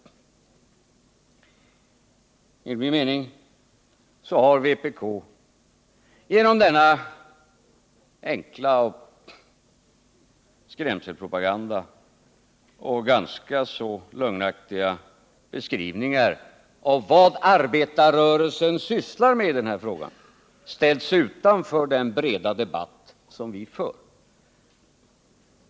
Enligt min mening har vpk genom sin enkla skrämselpropaganda och sina ganska så lögnaktiga beskrivningar av vad arbetarrörelsen sysslar med i denna fråga ställt sig utanför den breda debatt som vi för.